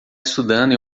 estudando